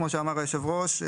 כמו שאמר היושב ראש,